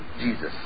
Jesus